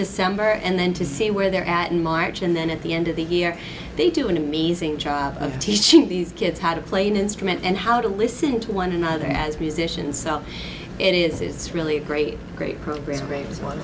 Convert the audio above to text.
december and then to see where they're at in march and then at the end of the year they do an amazing job of teaching these kids how to play an instrument and how to listen to one another as musicians it is it's really a great great